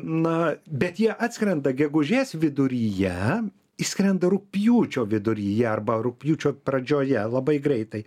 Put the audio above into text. na bet jie atskrenda gegužės viduryje išskrenda rugpjūčio viduryje arba rugpjūčio pradžioje labai greitai